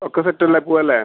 ഒക്കെ സെറ്റല്ലേ പോവല്ലേ